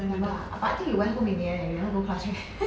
never ah but I remember you went home in the end you never go class eh